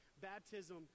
Baptism